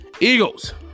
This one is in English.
Eagles